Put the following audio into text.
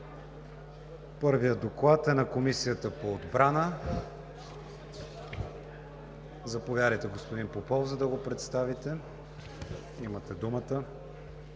Първият доклад е на Комисията по отбрана. Заповядайте, господин Попов, за да го представите. Имате думата.